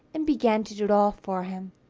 and began to do it all for him.